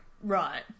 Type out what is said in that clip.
right